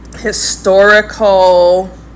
historical